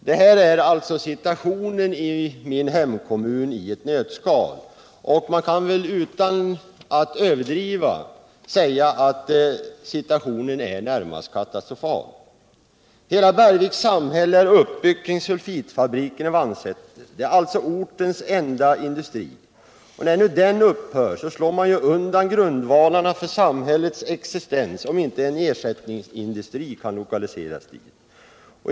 Detta är alltså situationen i min hemkommun i ett nötskal, och man kan väl utan att överdriva säga att situationen är närmast katastrofal. Hela Bergviks samhälle är uppbyggt kring sulfitfabriken i Vansäter. Det är alltså ortens enda industri. När nu den upphör slår man undan grundvalarna för samhällets existens, om inte en ersättningsindustri kan lokaliseras dit.